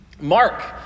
Mark